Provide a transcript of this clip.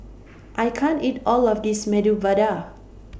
I can't eat All of This Medu Vada